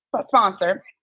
sponsor